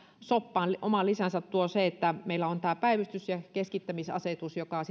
soppaan oman lisänsä tuo vielä se että meillä on tämä päivystys ja keskittämisasetus joka